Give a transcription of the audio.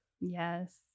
Yes